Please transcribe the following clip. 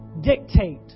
dictate